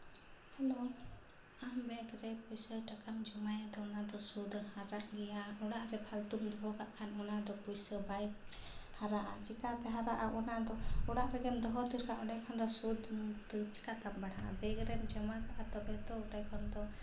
hello ᱟᱢ bank ᱨᱮ ᱯᱩᱭᱥᱟ ᱴᱟᱠᱟᱢ ᱡᱚᱢᱟᱭᱮᱫ ᱫᱚ ᱚᱱᱟ ᱫᱚ ᱥᱩᱫᱽ ᱦᱟᱨᱟᱜ ᱜᱮᱭᱟ ᱚᱲᱟᱜ ᱨᱮ ᱯᱷᱟᱹᱛᱩᱢ ᱫᱚᱦᱚ ᱠᱟᱜ ᱠᱷᱟᱱ ᱚᱱᱟ ᱫᱚ ᱯᱩᱭᱥᱟᱹ ᱵᱟᱭ ᱦᱟᱨᱟᱜᱼᱟ ᱪᱤᱠᱟᱹᱛᱮ ᱦᱟᱨᱟᱜᱼᱟ ᱚᱱᱟ ᱫᱚ ᱚᱲᱟᱜ ᱨᱮᱜᱮ ᱫᱚᱦᱚ ᱛᱷᱤᱨ ᱠᱟᱜᱼᱟ ᱚᱸᱰᱮ ᱠᱷᱟᱱ ᱫᱚ ᱥᱩᱫᱽ ᱫᱚ ᱪᱤᱠᱟᱛᱮᱢ ᱵᱟᱲᱦᱟᱜᱼᱟ ᱵᱮᱝᱠ ᱨᱮᱢ ᱡᱚᱢᱟ ᱠᱟᱜᱟ ᱛᱚᱵᱮ ᱛᱚ ᱚᱸᱰᱮ ᱠᱷᱚᱱ ᱫᱚ